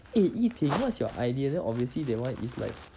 eh yi ting what's your idea then obviously that one is like